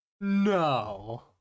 No